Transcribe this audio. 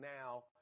now